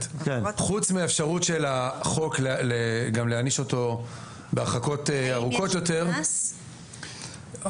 חוץ מהאפשרות של החוק להעניש אותו בהרחקות ארוכות יותר,